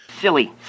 Silly